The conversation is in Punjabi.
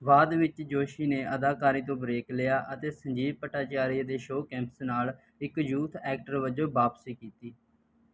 ਬਾਅਦ ਵਿੱਚ ਜੋਸ਼ੀ ਨੇ ਅਦਾਕਾਰੀ ਤੋਂ ਬ੍ਰੇਕ ਲਿਆ ਅਤੇ ਸੰਜੀਵ ਭੱਟਾਚਾਰੀਆ ਦੇ ਸ਼ੋਅ ਕੈਂਪਸ ਨਾਲ ਇੱਕ ਯੂਥ ਐਕਟਰ ਵਜੋਂ ਵਾਪਸੀ ਕੀਤੀ